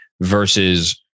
Versus